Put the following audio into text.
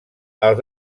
els